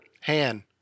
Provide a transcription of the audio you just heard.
Han